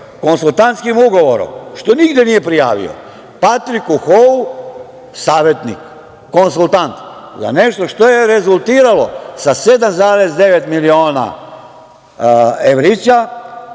konsultantskim ugovorom, što nigde nije prijavio, Patriku Hou savetnik, konsultant, što je rezultiralo sa 7,9 miliona evrića